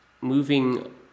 moving